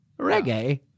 Reggae